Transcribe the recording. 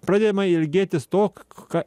pradėjome ilgėtis to k ka